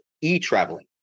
e-traveling